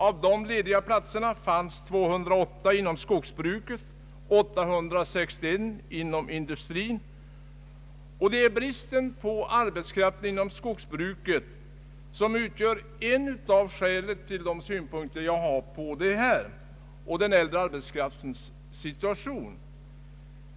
Av dessa lediga platser fanns 208 inom skogsbruket och 861 inom industrin. Och det är bristen på arbetskraft inom skogsbruket som utgör ett av skälen till mina synpunkter på den äldre arbetskraftens situation.